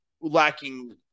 lacking